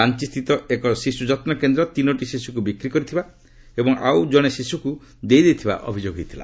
ରାଞ୍ଚି ସ୍ଥିତ ଏକ ଶିଶୁ ଯତ୍ନ କେନ୍ଦ୍ର ତିନୋଟି ଶିଶୁକୁ ବିକ୍ରି କରିଥିବା ଏବଂ ଆଉ କଣେ ଶିଶୁକୁ ଦେଇ ଦେଇଥିବା ଅଭିଯୋଗ ହୋଇଛି